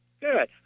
Good